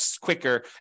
quicker